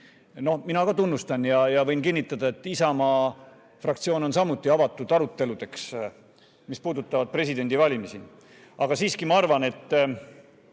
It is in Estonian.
eest. Mina ka tunnustan ja võin kinnitada, et Isamaa fraktsioon on samuti avatud aruteludeks, mis puudutavad presidendivalimisi. Aga siiski ma arvan, et